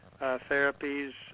therapies